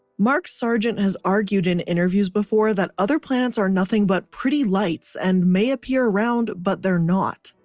mark sargent has argued in interviews before that other planets are nothing but pretty lights and may appear around, but they're not.